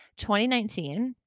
2019